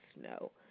snow